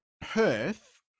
Perth